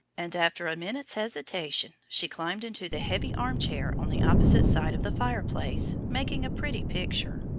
and after a minute's hesitation she climbed into the heavy armchair on the opposite side of the fireplace, making a pretty picture,